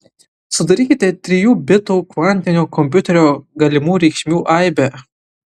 sudarykite trijų bitų kvantinio kompiuterio galimų reikšmių aibę